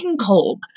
cold